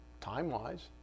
time-wise